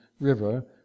river